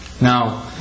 Now